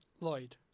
Lloyd